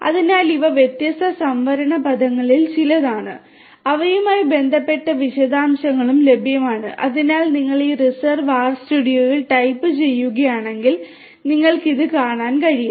അതിനാൽ ഇവ വ്യത്യസ്ത സംവരണ പദങ്ങളിൽ ചിലതാണ് അവയുമായി ബന്ധപ്പെട്ട വിശദാംശങ്ങളും ലഭ്യമാണ് അതിനാൽ നിങ്ങൾ ഈ റിസർവ് ആർസ്റ്റുഡിയോയിൽ ടൈപ്പ് ചെയ്യുകയാണെങ്കിൽ നിങ്ങൾക്ക് ഇത് കാണാൻ കഴിയും